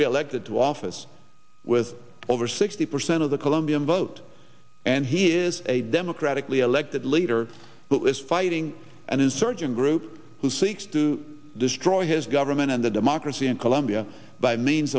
reelected to office with over sixty percent of the colombian vote and he is a democratically elected leader who is fighting an insurgent group who seeks to destroy his government and the democracy in colombia by means